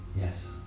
Yes